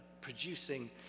producing